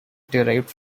derived